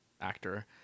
actor